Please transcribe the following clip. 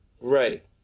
Right